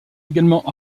également